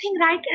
right